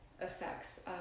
effects